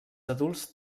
adults